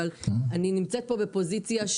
אבל אני נמצאת פה בפוזיציה,